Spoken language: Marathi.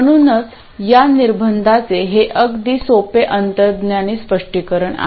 म्हणूनच या निर्बंधांचे हे अगदी सोपे अंतर्ज्ञानी स्पष्टीकरण आहे